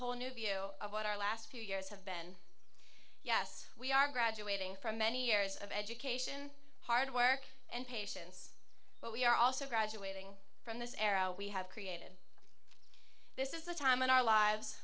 whole new view of what our last few years have been yes we are graduating from many years of education hard work and patience but we are also graduating from this era we have created this is the time in our lives